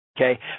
Okay